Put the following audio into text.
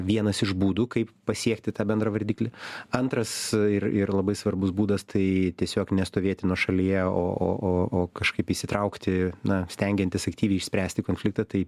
vienas iš būdų kaip pasiekti tą bendrą vardiklį antras ir ir labai svarbus būdas tai tiesiog nestovėti nuošalyje o o o o kažkaip įsitraukti na stengiantis aktyviai išspręsti konfliktą tai